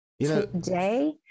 Today